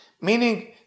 Meaning